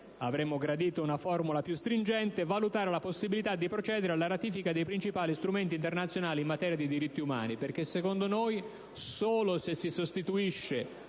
avremmo gradito una formula più stringente - a valutare la possibilità di procedere alla ratifica dei principali strumenti internazionali in materia di diritti umani, perché secondo noi solo se si sostituisce